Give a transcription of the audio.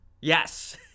Yes